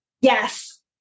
Yes